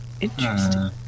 Interesting